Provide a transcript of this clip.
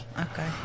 Okay